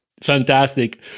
Fantastic